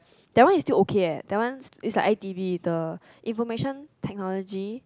that one is still okay leh that one is like I_T_E the Information Technology